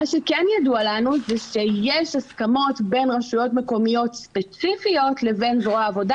ידוע לנו שיש הסכמות בין רשויות מקומיות ספציפיות לבין זרוע העבודה.